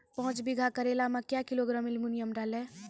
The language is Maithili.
पाँच बीघा करेला मे क्या किलोग्राम एलमुनियम डालें?